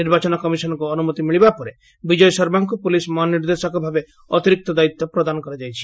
ନିର୍ବାଚନ କମିଶନଙ୍ଙ ଅନୁମତି ମିଳିବାରେ ପରେ ବିଜୟ ଶର୍ମାଙ୍କୁ ପୁଲିସ ମହାନିର୍ଦ୍ଦେଶକ ଭାବେ ଅତିରିକ୍ତ ଦାୟିତ୍ୱ ପ୍ରଦାନ କରାଯାଇଛି